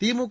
திமுக